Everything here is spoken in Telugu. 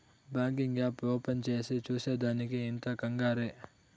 బాంకింగ్ యాప్ ఓపెన్ చేసి చూసే దానికి ఇంత కంగారే